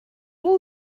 all